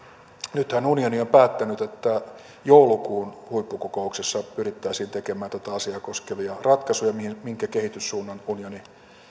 nythän unioni on päättänyt että joulukuun huippukokouksessa pyrittäisiin tekemään tätä asiaa koskevia ratkaisuja minkä kehityssuunnan unioni